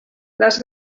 les